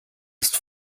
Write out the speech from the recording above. ist